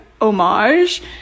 homage